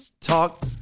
Talk